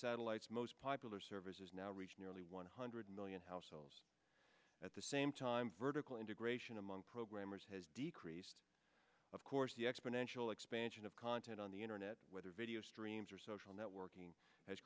satellites most popular services now reach nearly one hundred million households at the same time vertical integration among programmers has decreased of course the exponential expansion of content on the internet whether video streams or social networking has